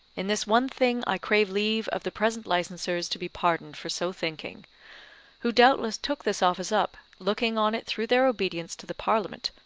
in this one thing i crave leave of the present licensers to be pardoned for so thinking who doubtless took this office up, looking on it through their obedience to the parliament,